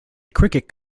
cricket